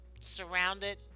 surrounded